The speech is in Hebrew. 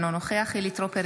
אינו נוכח חילי טרופר,